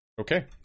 Okay